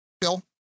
bill